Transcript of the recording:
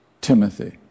Timothy